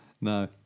No